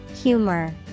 Humor